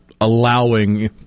allowing